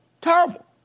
terrible